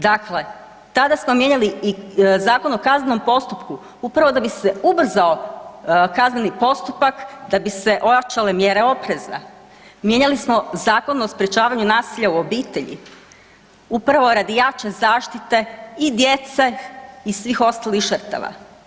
Dakle, tada smo mijenjali i Zakon o kaznenom postupku upravo da bi se ubrzao kazneni postupak i da bi se ojačale mjere opreza, mijenjali smo Zakon o sprječavanju nasilja u obitelji upravo radi jače zaštite i djece i svih ostalih žrtava.